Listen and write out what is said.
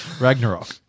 Ragnarok